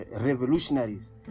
revolutionaries